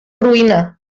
roïna